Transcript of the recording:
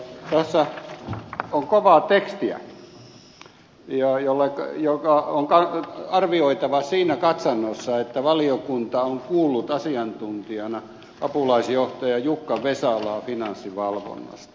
tässä on kovaa tekstiä joka on arvioitava siinä katsannossa että valiokunta on kuullut asiantuntijana apulaisjohtaja jukka vesalaa finanssivalvonnasta